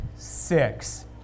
six